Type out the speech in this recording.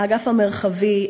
האגף המרחבי,